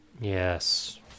Yes